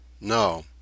no